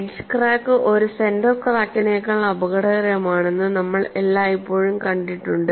edge crack ഒരു centre ക്രാക്കിനേക്കാൾ അപകടകരമാണെന്ന് നമ്മൾ എല്ലായ്പ്പോഴും കണ്ടിട്ടുണ്ട്